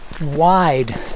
wide